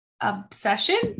obsession